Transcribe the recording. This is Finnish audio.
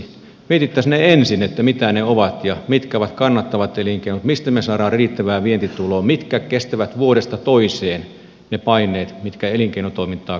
mietittäisiin ne ensin mitä ne ovat ja mitkä ovat kannattavat elinkeinot mistä me saamme riittävää vientituloa mitkä elinkeinot kestävät vuodesta toiseen ne paineet mitkä elinkeinotoimintaan kohdistuvat